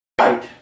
right